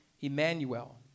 Emmanuel